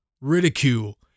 ridicule